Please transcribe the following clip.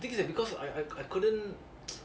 the thing is because I couldn't